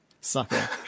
sucker